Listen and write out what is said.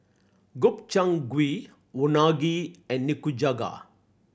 Gobchang Gui Unagi and Nikujaga